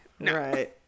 Right